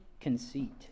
conceit